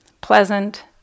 Pleasant